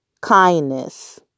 Kindness